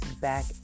back